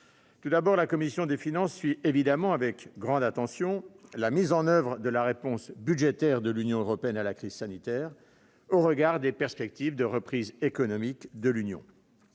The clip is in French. Tout d'abord, la commission des finances suit avec grande attention la mise en oeuvre de la réponse budgétaire de l'Union européenne à la crise sanitaire, au regard des perspectives de reprise économique de l'Union.